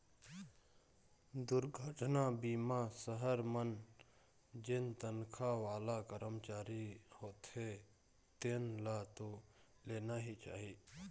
दुरघटना बीमा सहर मन जेन तनखा वाला करमचारी होथे तेन ल तो लेना ही चाही